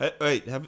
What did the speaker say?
Wait